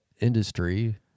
industry